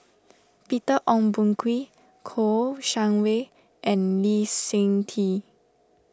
Peter Ong Boon Kwee Kouo Shang Wei and Lee Seng Tee